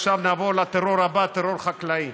עכשיו נעבור לטרור הבא, טרור חקלאי.